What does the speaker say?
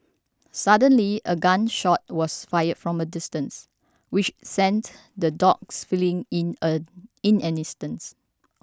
suddenly a gun shot was fired from a distance which sent the dogs fleeing in a in an instance